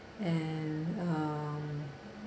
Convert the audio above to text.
and um